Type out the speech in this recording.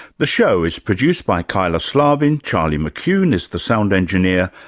the show is produced by kyla slaven, charlie mccune is the sound engineer,